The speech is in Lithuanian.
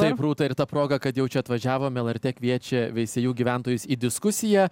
taip rūta ir ta proga kad jau čia atvažiavom lrt kviečia veisiejų gyventojus į diskusiją